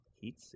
Heat